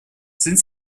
sind